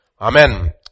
Amen